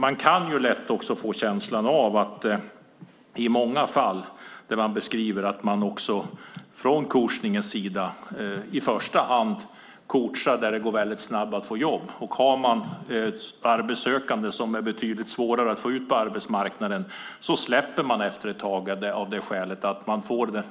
Det är också lätt att få en känsla av att coachningen i första hand görs där det går snabbt att få jobb. Om man har arbetssökande som det är betydligt svårare att få ut på arbetsmarknaden släpper man det efter tag, av det skälet att man får